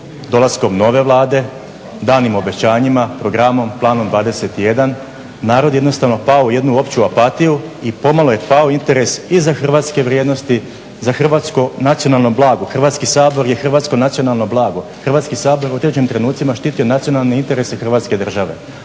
dolaskom nove Vlade, danim obećanjima, programom, Planom 21 narod je jednostavno pao u jednu opću apatiju i pomalo je pao interes i za hrvatske vrijednosti, za hrvatsko nacionalno blago Hrvatski sabor. Hrvatski sabor je hrvatsko nacionalno blago. Hrvatski sabor je u određenim trenucima štitio nacionalne interese Hrvatske države.